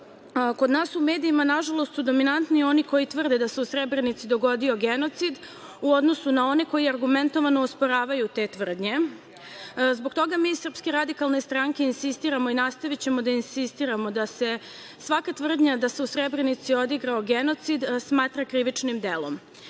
Kod nas u medijima nažalost su dominantni oni koji tvrde da se u Srebrenici dogodio genocid, u odnosu na one koji argumentovano osporavaju te tvrdnje. Zbog toga mi iz SRS insistiramo i nastavićemo da insistiramo da se svaka tvrdnja da se u Srebrenici odigrao genocid smatra krivičnim delom. Isto